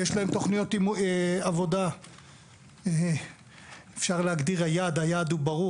יש להם תכניות עבודה שאפשר להגדיר שהיעד הוא ברור